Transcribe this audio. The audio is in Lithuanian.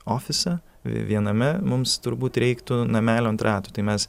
ofisą viename mums turbūt reiktų namelio ant ratų tai mes